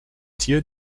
tier